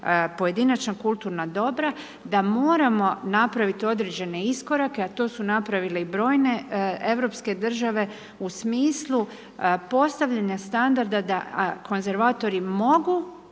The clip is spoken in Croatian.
pojedinačna kulturna dobra, da moramo napraviti određene iskorake a to su napravile i brojne europske države u smislu postavljanja standarda da konzervatori mogu